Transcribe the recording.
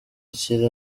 akiri